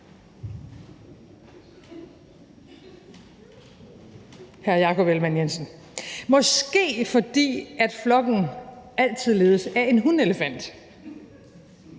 Måske fordi flokken altid ledes af en hunelefant